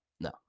no